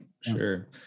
Sure